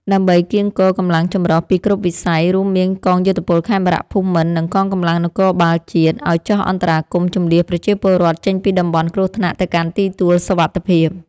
ដើម្បីកៀងគរកម្លាំងចម្រុះពីគ្រប់វិស័យ រួមមានកងយោធពលខេមរភូមិន្ទ និងកងកម្លាំងនគរបាលជាតិ ឱ្យចុះអន្តរាគមន៍ជម្លៀសប្រជាពលរដ្ឋចេញពីតំបន់គ្រោះថ្នាក់ទៅកាន់ទីទួលសុវត្ថិភាព។